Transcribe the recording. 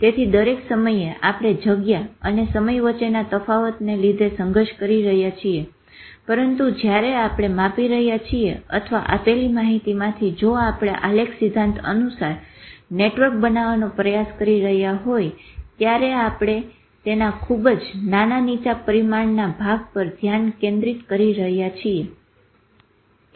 તેથી દરેક સમયે આપણે જગ્યા અને સમય વચ્ચેના તફાતને લીધે સંઘર્ષ કરી રહ્યા છીએ પરંતુ જયારે આપણે માપી રહ્યા છીએ અથવા આપેલી માહિતીમાંથી જો આપણે આલેખ સિદ્ધાંત અનુસાર નેટવર્ક બનાવવાનો પ્રયાસ કરી રહ્યા હોય ત્યારે પણ આપણે તેના ખુબ જ નાના નીચા પરિમાણના ભાગ પર ધ્યાન કેન્દ્રિત કરી રહ્યા છીએ